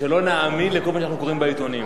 ושלא נאמין לכל מה שאנחנו קוראים בעיתונים.